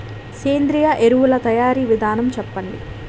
సేంద్రీయ ఎరువుల తయారీ విధానం చెప్పండి?